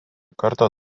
kartą